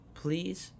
please